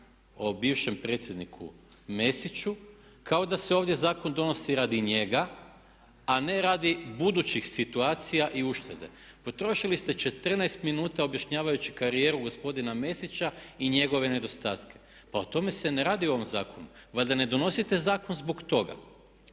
o bivšem predsjedniku Mesiću kao da se ovdje zakon donosi radi njega a ne radi budućih situacija i uštede. Potrošili ste 14 minuta objašnjavajući karijeru gospodina Mesića i njegove nedostatke. Pa o tome se ne radi u ovom zakonu. Valjda ne donosite zakon zbog toga.